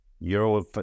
Euro